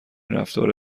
رفتار